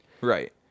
right